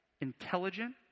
intelligent